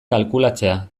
kalkulatzea